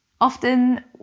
Often